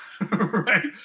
Right